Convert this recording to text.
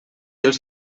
els